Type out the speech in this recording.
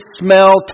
smell